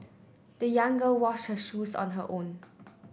the young girl washed her shoes on her own